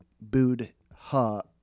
Buddha